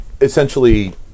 essentially